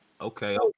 okay